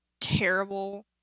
terrible